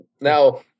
Now